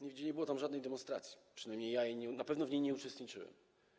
Nigdzie nie było tam żadnej demonstracji, przynajmniej ja, na pewno ja w niej nie uczestniczyłem.